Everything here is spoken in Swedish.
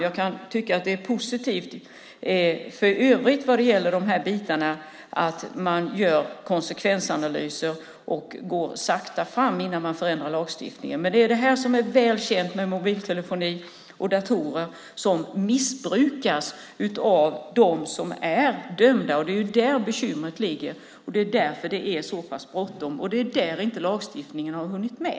Jag kan tycka att det är positivt i övrigt vad gäller de här bitarna att man gör konsekvensanalyser och går sakta fram innan man förändrar lagstiftningen, men det är det här som är väl känt med mobiltelefoni och datorer som missbrukas av dem som är dömda. Det är där bekymret ligger, det är därför det är så pass bråttom och det är där lagstiftningen inte har hunnit med.